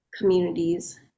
communities